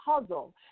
puzzle